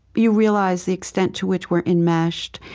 you realize the extent to which we're enmeshed.